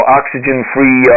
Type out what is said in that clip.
oxygen-free